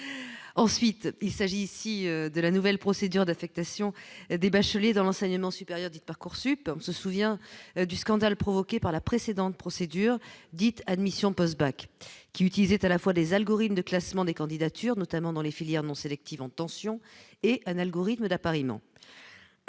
ensuite il s'agit ici de la nouvelle procédure d'affectation des bacheliers dans l'enseignement supérieur de Parcoursup on se souvient du scandale provoqué par la précédente procédure dite Admission post-bac, qui utilisait est à la fois des algorithmes de classement des candidatures, notamment dans les filières non sélectives en tension et un algorithme d'appariement